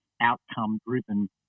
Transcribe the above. outcome-driven